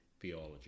theology